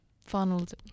funneled